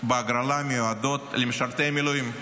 בהגרלה מיועדות למשרתי המילואים,